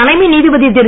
தலைமை நீதிபதி திரு